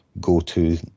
go-to